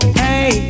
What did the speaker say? hey